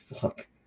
fuck